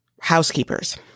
housekeepers